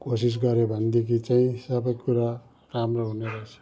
कोसिस गऱ्यो भनेदेखि चाहिँ सबै कुरा राम्रो हुने रहेछ